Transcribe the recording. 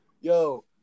Yo